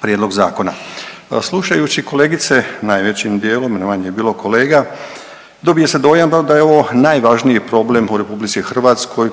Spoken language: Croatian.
prijedlog zakona. Slušajući kolegice, najvećim dijelom jer manje je bilo kolega, dobije se dojam da je ovo najvažniji problem u RH